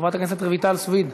חברת הכנסת רויטל סויד?